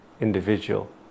individual